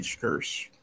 curse